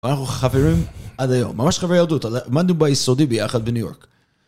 אנחנו חברים עד היום, ממש חברי ילדות, למדנו ביסודי ביחד בניו יורק.